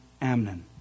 Amnon